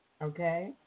Okay